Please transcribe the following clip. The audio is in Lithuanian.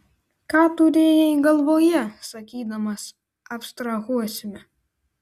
ką turėjai galvoje sakydamas abstrahuosime